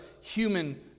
human